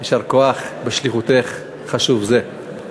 יישר כוח בשליחות חשובה זו.